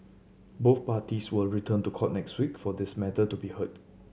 both parties will return to court next week for this matter to be heard